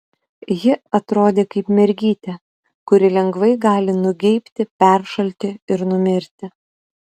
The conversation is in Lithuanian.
ji atrodė kaip mergytė kuri lengvai gali nugeibti peršalti ir numirti